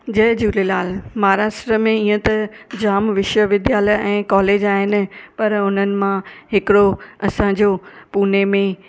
जय झूलेलाल महाराष्ट्र में ईअं त जाम विश्वविद्यालय ऐं कॉलेज आहिनि पर उन्हनि मां हिकिड़ो असांजो पुणे में